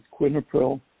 quinapril